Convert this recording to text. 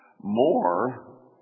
more